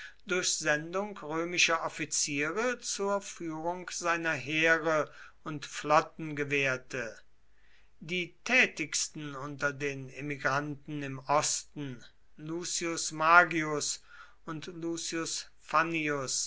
durch sendung römischer offiziere zur führung seiner heere und flotten gewährte die tätigsten unter den emigranten im osten lucius magius und lucius